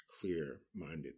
clear-minded